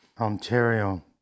ontario